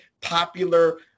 popular